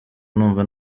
numva